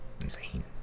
insane